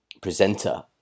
presenter